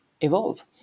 evolve